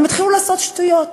הם התחילו לעשות שטויות.